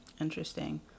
Interesting